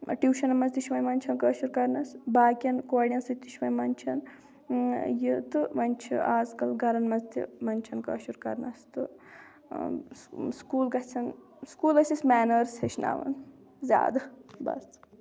ٹیوٗشَنَن منٛز تہِ چھِ وۄنۍ منٛدچھا ن کٲشُر کَرنَس باقیَن کورٮ۪ن سۭتۍ تہِ چھُ وۄنۍ منٛدچھَان یہِ تہٕ وۄنۍ چھِ آز کَل گَرَان منٛز تہِ منٛدچھَان کٲشُر کَرنَس تہٕ سکوٗل گژھن سکوٗل ٲسۍ اَسہِ مینٲرٕز ہیٚچھناوَان زیادٕ بَس